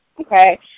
okay